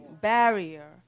barrier